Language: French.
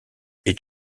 est